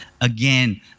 again